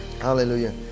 Hallelujah